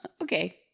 okay